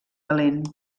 valent